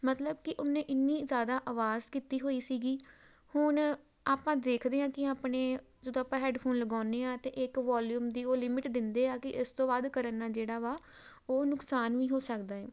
ਮਤਲਬ ਕਿ ਉਹਨੇ ਇੰਨੀ ਜ਼ਿਆਦਾ ਆਵਾਜ਼ ਕੀਤੀ ਹੋਈ ਸੀਗੀ ਹੁਣ ਆਪਾਂ ਦੇਖਦੇ ਹਾਂ ਕਿ ਆਪਣੇ ਜਦੋਂ ਆਪਾਂ ਹੈੱਡਫੋਨ ਲਗਾਉਂਦੇ ਹਾਂ ਤਾਂ ਇੱਕ ਵੋਲਿਊਮ ਦੀ ਉਹ ਲਿਮਿਟ ਦਿੰਦੇ ਹਾਂ ਕਿ ਇਸ ਤੋਂ ਬਾਅਦ ਕਰਨ ਨਾਲ ਜਿਹੜਾ ਵਾ ਉਹ ਨੁਕਸਾਨ ਵੀ ਹੋ ਸਕਦਾ ਹੈ